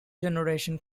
generation